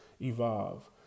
evolve